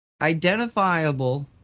identifiable